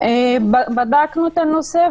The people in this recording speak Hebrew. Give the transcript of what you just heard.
בדקנו את הנושא.